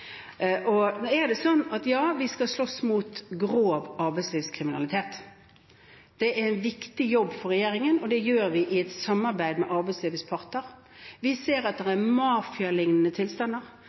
Nå er det sånn at ja, vi skal slåss mot grov arbeidslivskriminalitet. Det er en viktig jobb for regjeringen, og det gjør vi i et samarbeid med arbeidslivets parter. Vi ser at det er mafialignende tilstander